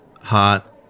hot